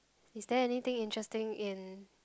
is there anything interesting in